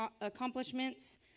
accomplishments